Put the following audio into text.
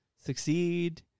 succeed